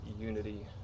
unity